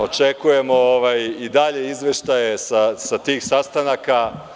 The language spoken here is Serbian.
Očekujemo i dalje izveštaje sa tih sastanaka.